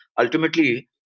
ultimately